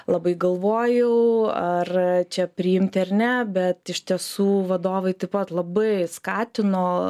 labai galvojau ar čia priimti ar ne bet iš tiesų vadovai taip pat labai skatino